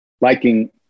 liking